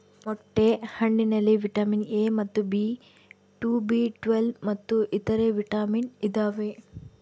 ಮೊಟ್ಟೆ ಹಣ್ಣಿನಲ್ಲಿ vitamin A ಮತ್ತು ಬಿ ಟು ಬಿ ಟ್ವೇಲ್ವ್ ಮತ್ತು ಇತರೆ ವಿಟಾಮಿನ್ ಇದಾವೆ